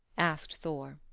asked thor.